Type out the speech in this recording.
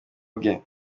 bwe